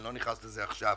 אני לא נכנס לזה עכשיו.